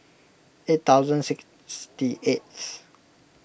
eight thousand sixty eighth